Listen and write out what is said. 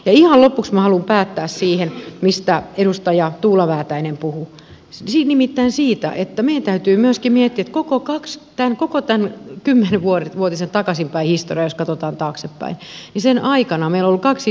ihan lopuksi minä haluan päättää siihen mistä edustaja tuula väätäinen puhui nimittäin siihen että meidän täytyy myöskin miettiä että koko tätä kymmenvuotista historiaa jos katsotaan taaksepäin niin sen aikana meillä on ollut kaksi isoa ongelmaa